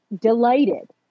delighted